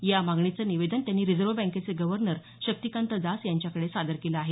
या मागणीचं निवेदत त्यांनी रिजव्ह बँकेचे गव्हर्नर शक्तिकांत दास यांच्याकडे सादर केलं आहे